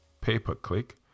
pay-per-click